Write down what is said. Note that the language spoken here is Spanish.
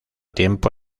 tiempo